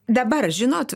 dabar žinot